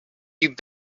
you